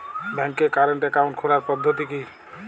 ব্যাংকে current account খোলার পদ্ধতি কি?